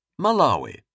Malawi